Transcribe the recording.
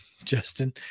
Justin